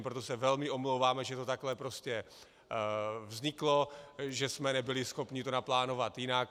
Proto se velmi omlouváme, že to takhle vzniklo, že jsme nebyli schopni to naplánovat jinak.